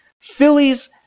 Phillies